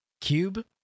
cube